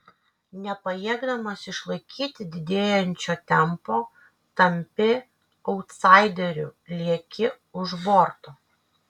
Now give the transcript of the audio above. nepajėgdamas išlaikyti didėjančio tempo tampi autsaideriu lieki už borto